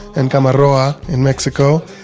and kama ro'a in mexico,